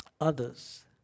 others